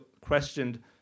questioned